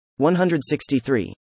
163